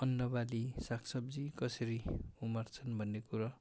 अन्नबाली सागसब्जी कसरी उमार्छन् भन्ने कुरा